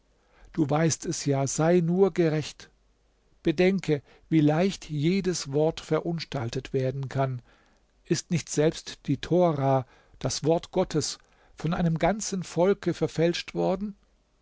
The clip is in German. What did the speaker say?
du weiß es ja sei nur gerecht bedenke wie leicht jedes wort verunstaltet werden kann ist nicht selbst die tora das wort gottes von einem ganzen volke verfälscht worden